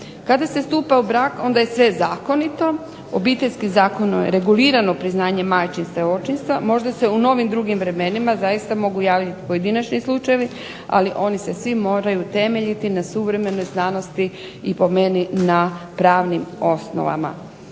Kada se stupa u brak onda je sve zakonito. Obiteljski zakon regulirano priznanje majčinstva i očinstva, možda se u novim drugim vremenima zaista mogu javit pojedinačni slučajevi, ali oni se svi moraju temeljiti na suvremenoj znanosti i po meni na pravnim osnovama.